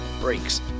brakes